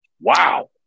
Wow